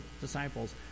disciples